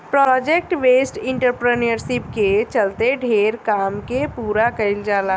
project based entrepreneurship के चलते ढेरे काम के पूरा कईल जाता